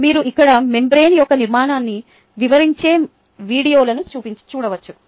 మీరు ఇక్కడ మెంబ్రేన్ యొక్క నిర్మాణాన్ని వివరిoచే వీడియోలను చూడవచ్చు